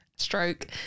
stroke